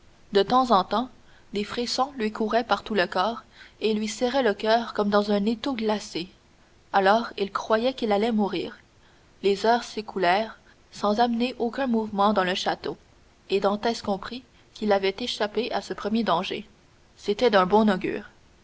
de temps en temps des frissons lui couraient par tout le corps et lui serraient le coeur comme dans un étau glacé alors il croyait qu'il allait mourir les heures s'écoulèrent sans amener aucun mouvement dans le château et dantès comprit qu'il avait échappé à ce premier danger c'était d'un bon augure